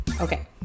Okay